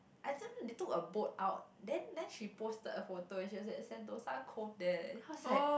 I think they took a boat out then then she posted a photo and she was at Sentosa Cove there leh then I was like